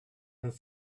and